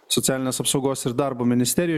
socialinės apsaugos ir darbo ministerijos